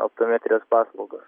optometrijos paslaugas